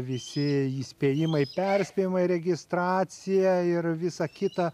visi įspėjimai perspėjimai registracija ir visa kita